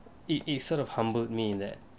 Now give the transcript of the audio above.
it it sort of humbled me in that